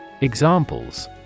Examples